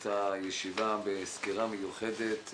הישיבה בסקירה מיוחדת,